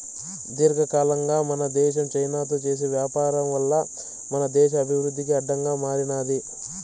దీర్ఘకాలంగా మన దేశం చైనాతో చేసే వ్యాపారం వల్ల మన దేశ అభివృద్ధికి అడ్డంగా మారినాది